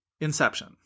Inception